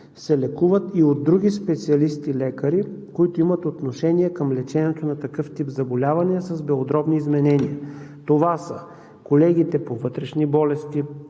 се лекуват и от други специалисти лекари, които имат отношение към лечението на такъв тип заболявания с белодробни изменения. Това са колегите – лекарите